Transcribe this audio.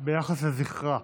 ביחס לזכרה.